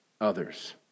others